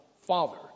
father